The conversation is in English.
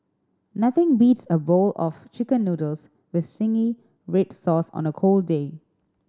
nothing beats a bowl of Chicken Noodles with zingy red sauce on a cold day